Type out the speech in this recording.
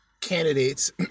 candidates